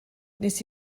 wnes